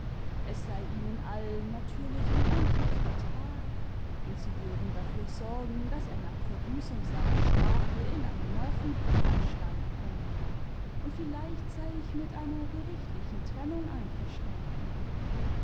es sei ihnen allen natürlich unendlich fatal und sie würden dafür sorgen daß er nach verbüßung seiner strafe in eine nervenheilanstalt komme und vielleicht sei ich mit einer gerichtlichen trennung einverstanden